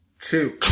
two